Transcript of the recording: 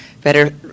better